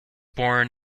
born